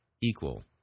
equal